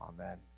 Amen